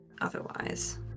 otherwise